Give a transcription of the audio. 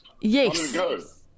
Yes